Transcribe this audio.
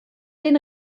den